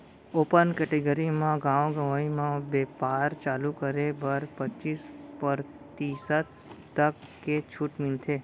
open category म गाँव गंवई म बेपार चालू करे बर पचीस परतिसत तक के छूट मिलथे